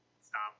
stop